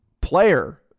player